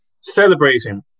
celebrating